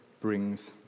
brings